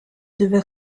devait